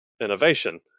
innovation